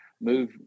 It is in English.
move